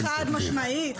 חד-משמעית.